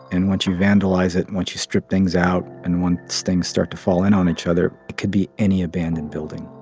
and once you vandalize it and once you strip things out and once things start to fall in on each other, it could be any abandoned building.